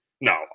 No